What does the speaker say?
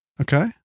Okay